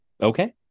Okay